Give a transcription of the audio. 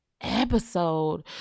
Episode